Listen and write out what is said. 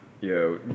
Yo